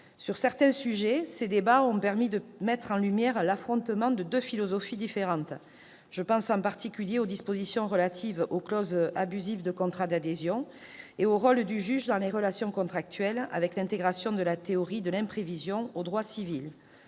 Sur certains sujets, ces débats ont permis de mettre en lumière l'affrontement de deux philosophies. Je pense en particulier aux dispositions relatives aux clauses abusives des contrats d'adhésion et au rôle du juge dans les relations contractuelles avec l'intégration de la théorie de l'imprévision dans le droit civil.